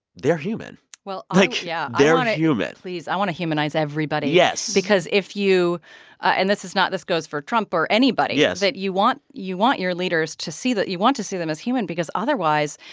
they're human well, i yeah they're and human please, i want to humanize everybody. yes. because if you and this is not this goes for trump or anybody. yes. that you want you want your leaders to see that you want to see them as human because otherwise,